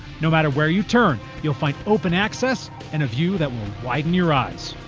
no matter where you turn you'll find open access and a view that will widen your eyes.